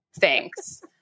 Thanks